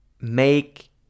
make